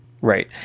Right